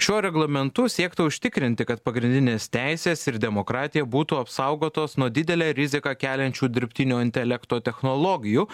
šiuo reglamentu siekta užtikrinti kad pagrindinės teisės ir demokratija būtų apsaugotos nuo didelę riziką keliančių dirbtinio intelekto technologijų